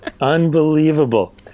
Unbelievable